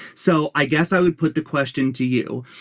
so i guess i would put the question to you.